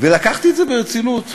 ולקחתי את זה ברצינות.